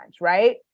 right